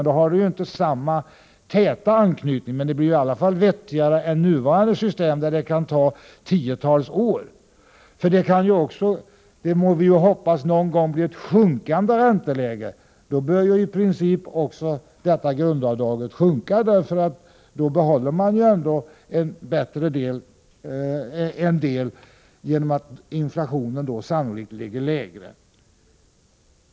Då får man inte samma täta anknytning, men det blir i alla fall vettigare än nuvarande system, där det kan ta tiotals år att justera. Det kan ju också — och det må vi hoppas — någon gång bli ett sjunkande ränteläge, och då bör i princip grundavdraget sjunka, för då behåller man ändå en del genom att inflationen sannolikt ligger lägre.